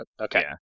Okay